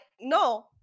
no